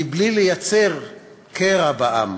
מבלי לייצר קרע בעם.